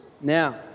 Now